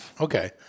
Okay